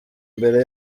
imbere